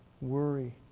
worry